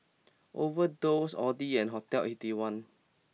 Overdose Audi and Hotel Eighty One